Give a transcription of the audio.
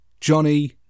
johnny